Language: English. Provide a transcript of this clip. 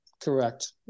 Correct